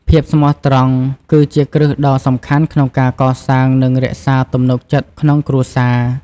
ភាពស្មោះត្រង់ គឺជាគ្រឹះដ៏សំខាន់ក្នុងការកសាង និងរក្សា ទំនុកចិត្ត ក្នុងគ្រួសារ។